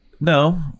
No